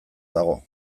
dago